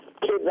kids